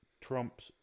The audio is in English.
trump's